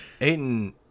Aiden